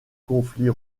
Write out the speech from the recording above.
conflits